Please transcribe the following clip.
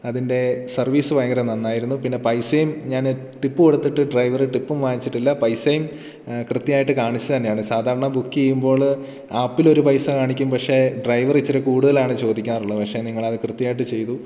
അതിൻ്റെ സർവീസ് ഭയങ്കര നന്നായിരുന്നു പിന്നെ പൈസയും ഞാൻ ടിപ്പ് കൊടുത്തിട്ട് ഡ്രൈവർ ടിപ്പും വാങ്ങിച്ചിട്ടില്ല പൈസയും കൃത്യമായിട്ട് കാണിച്ച് തന്നെയാണ് സാധാരണ ബുക്ക് ചെയ്യുമ്പോൾ ആപ്പിലൊരു പൈസ കാണിക്കും പക്ഷേ ഡ്രൈവർ ഇത്തിരി കൂടുതലാണ് ചോദിക്കാറുള്ളത് പക്ഷേ നിങ്ങൾ അത് കൃത്യമായിട്ട് ചെയ്തു